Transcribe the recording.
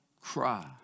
cry